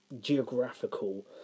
geographical